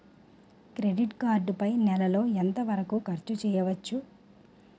Credit card పై నెల లో ఎంత వరకూ ఖర్చు చేయవచ్చు?